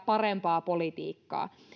parempaa politiikkaa